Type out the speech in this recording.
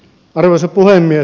arvoisa puhemies